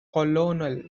colonel